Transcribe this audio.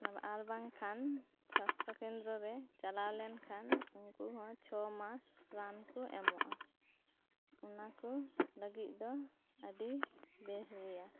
ᱟᱨ ᱵᱟᱝ ᱠᱷᱟᱱ ᱥᱟᱥᱛᱚᱠᱮᱱᱫᱨᱚ ᱨᱮ ᱪᱟᱞᱟᱣ ᱞᱮᱱ ᱠᱷᱟᱱ ᱩᱱᱠᱩ ᱦᱚᱸ ᱪᱷᱚ ᱢᱟᱥ ᱨᱟᱱ ᱠᱚ ᱮᱢᱚᱜᱼᱟ ᱚᱱᱟ ᱠᱚ ᱞᱟᱹᱜᱤᱫ ᱫᱚ ᱟᱹᱰᱤ ᱵᱮᱥ ᱜᱮᱭᱟ